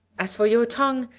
as for your tongue,